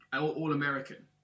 All-American